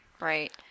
Right